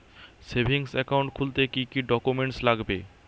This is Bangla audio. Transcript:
সেভিংস একাউন্ট খুলতে কি কি ডকুমেন্টস লাগবে?